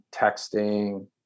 texting